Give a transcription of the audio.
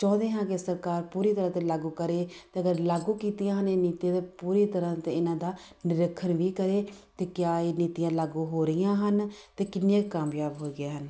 ਚਾਹੁੰਦੇ ਹਾਂ ਕਿ ਸਰਕਾਰ ਪੂਰੀ ਤਰ੍ਹਾਂ ਤੇ ਲਾਗੂ ਕਰੇ ਅਤੇ ਅਗਰ ਲਾਗੂ ਕੀਤੀਆਂ ਹਨ ਇਹ ਨੀਤੀਆਂ ਤਾਂ ਪੂਰੀ ਤਰ੍ਹਾਂ ਤੇ ਇਹਨਾਂ ਦਾ ਨਿਰੀਖਣ ਵੀ ਕਰੇ ਅਤੇ ਕਿਆ ਇਹ ਨੀਤੀਆਂ ਲਾਗੂ ਹੋ ਰਹੀਆਂ ਹਨ ਅਤੇ ਕਿੰਨੀਆਂ ਕਾਮਯਾਬ ਹੋ ਗਈਆਂ ਹਨ